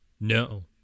no